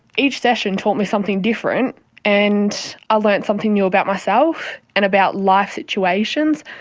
each session taught me something different and i learnt something new about myself and about life situations.